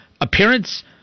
appearance